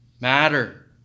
matter